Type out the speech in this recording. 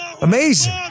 Amazing